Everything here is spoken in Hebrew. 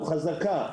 חזקה,